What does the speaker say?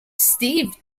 steve